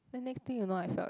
then next thing you know I fell